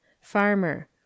Farmer